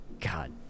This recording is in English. god